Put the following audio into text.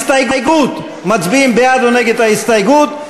הסתייגות מצביעים בעד או נגד ההסתייגות.